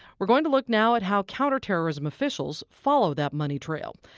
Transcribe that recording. we're going to look now at how counterterrorism officials follow that money trail.